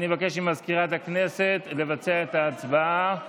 אני מבקש ממזכירת הכנסת לבצע את ההצבעה שמית.